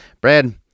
Brad